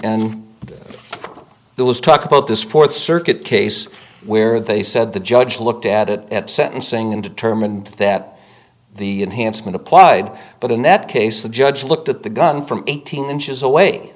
there was talk about this fourth circuit case where they said the judge looked at it at sentencing and determined that the enhanced when applied but in that case the judge looked at the gun from eighteen inches away